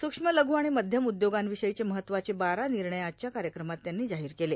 सूक्ष्म लघु आणि मध्यम उद्योगांविषयीचे महत्त्वाचे बारा निर्णय आजच्या कार्यक्रमात त्यांनी जाहीर केले